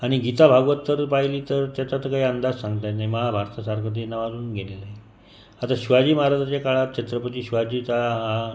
आणि गीता भागवत तर पाहिली तर त्याचा तर काही अंदाज सांगता येत नाही महाभारतासारखं ते नावाजून गेलेलं आहे आता शिवाजी महाराजांच्या काळात छत्रपती शिवाजीचा हा